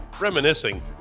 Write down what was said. reminiscing